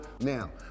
Now